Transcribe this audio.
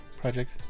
project